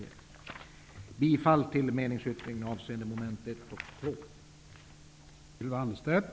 Jag yrkar bifall till meningsyttringen avseende mom. 1 och 2.